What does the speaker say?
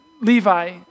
Levi